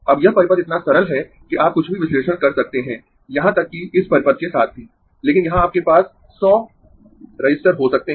अब यह परिपथ इतना सरल है कि आप कुछ भी विश्लेषण कर सकते है यहाँ तक की इस परिपथ के साथ भी लेकिन यहां आपके पास 100 रजिस्टर हो सकते है